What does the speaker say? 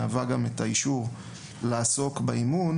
מהווה גם את האישור לעסוק באימון